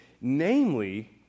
namely